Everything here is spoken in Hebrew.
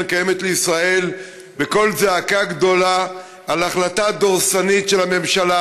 הקיימת לישראל בקול זעקה גדולה על החלטה דורסנית של הממשלה,